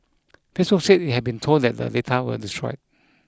Facebook said it had been told that the data were destroyed